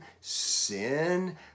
sin